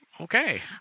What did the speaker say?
Okay